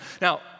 Now